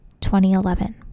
2011